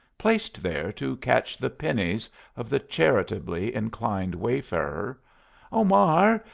placed there to catch the pennies of the charitably inclined wayfarer oh, mar,